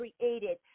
created